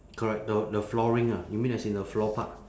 correct the the flooring ah you mean as in the floor part